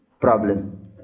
problem